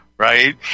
right